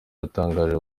yatangaje